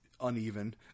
uneven